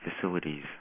facilities